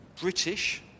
British